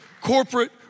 corporate